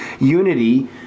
unity